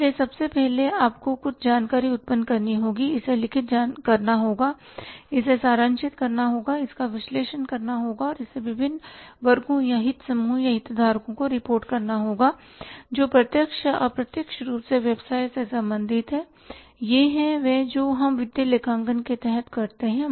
इसलिए सबसे पहले आपको कुछ जानकारी उत्पन्न करनी होगी इसे लिखित करना होगा इसे सारांशित करना होगा इसका विश्लेषण करना होगा और इसे विभिन्न वर्गों या हित समूहों या हितधारकों को रिपोर्ट करना होगा जो प्रत्यक्ष या अप्रत्यक्ष रूप से व्यवसाय से संबंधित है यह है वह है जो हम वित्तीय लेखांकन के तहत करते हैं